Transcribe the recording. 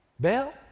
Bell